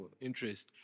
interest